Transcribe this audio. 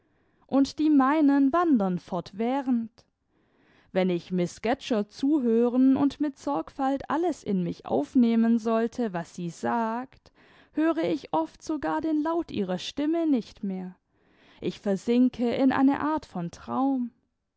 und die meinen wandern fortwährend wenn ich miß scatcherd zuhören und mit sorgfalt alles in mich aufnehmen sollte was sie sagt höre ich oft sogar den laut ihrer stimme nicht mehr ich versinke in eine art von traum